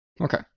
Okay